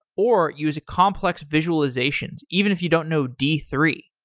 or use complex visualizations even if you don't know d three.